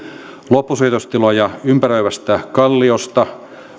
loppusijoitustiloja ympäröivästä kalliosta